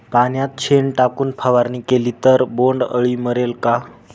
पाण्यात शेण टाकून फवारणी केली तर बोंडअळी मरेल का?